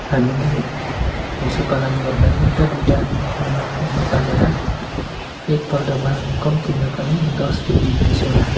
हामीले पशु पालन गर्दा एउटा दुइटा नपालेर एकपल्टमा कम्तिमा पनि दसदेखि बिसवटा